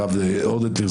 הרב אורדנטליך,